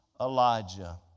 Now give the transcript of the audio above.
Elijah